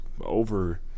over